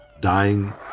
dying